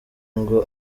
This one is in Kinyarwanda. ngo